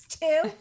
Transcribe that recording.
two